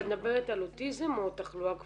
אבל את מדברת על אוטיזם או תחלואה כפולה?